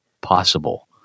possible